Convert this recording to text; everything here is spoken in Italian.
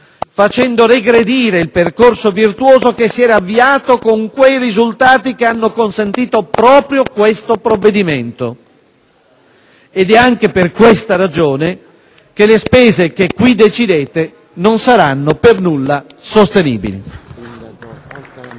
facendo regredire il percorso virtuoso che si era avviato, con quei risultati che hanno consentito proprio questo provvedimento. Ed è anche per questa ragione che le spese che qui decidete non saranno per nulla sostenibili.